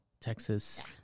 Texas